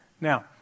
now